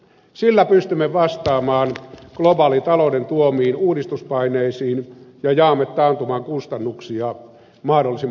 sillä pystymme vastaamaan globaalitalouden tuomiin uudistuspaineisiin ja jaamme taantuman kustannuksia mahdollisimman oikeudenmukaisesti